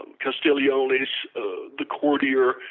castiglione's the courtier,